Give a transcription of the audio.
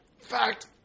fact